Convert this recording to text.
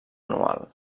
anual